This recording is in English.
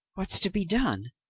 what's to be done?